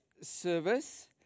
service